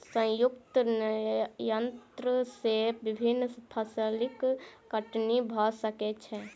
संयुक्तक यन्त्र से विभिन्न फसिलक कटनी भ सकै छै